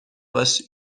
باشی